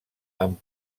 amb